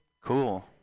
Cool